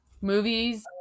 Movies